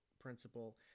principle